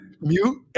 mute